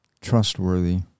trustworthy